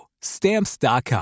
Stamps.com